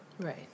Right